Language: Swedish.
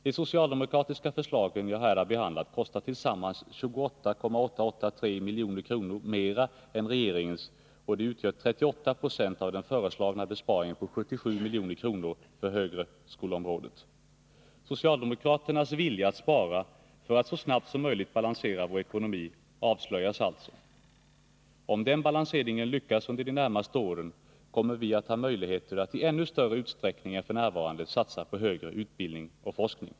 De socialdemokratiska förslag som jag här har behandlat kostar 28 883 000 kr. mer än regeringens, och det utgör 38 20 av den föreslagna besparingen på 77 milj.kr. Socialdemokraternas vilja att spara för att så snabbt som möjligt balansera vår ekonomi avslöjas alltså. Om balanseringen lyckas under de närmaste åren, kommer vi att ha möjligheter att i ännu större utsträckning än f. n. satsa på högre utbildning och forskning.